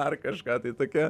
ar kažką tai tokią